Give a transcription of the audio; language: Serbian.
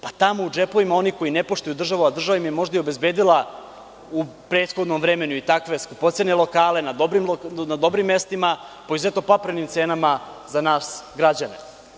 Pa, tamo u džepovima onih koji ne poštuju državu, a država im je možda i obezbedila u prethodnom vremenu i takve skupocene lokale na dobrim mestima, po izuzetno paprenim cenama za nas građane.